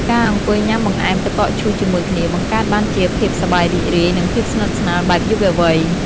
ការអង្គុយញ៉ាំបង្អែមទឹកកកឈូសជាមួយគ្នា បង្កើតបានជាភាពសប្បាយរីករាយ និងភាពស្និទ្ធស្នាលបែបយុវវ័យ។